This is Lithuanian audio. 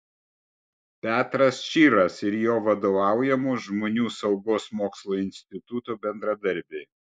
petras čyras ir jo vadovaujamo žmonių saugos mokslo instituto bendradarbiai